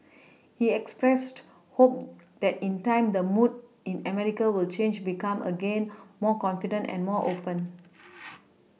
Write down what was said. he expressed hope that in time the mood in America will change become again more confident and more open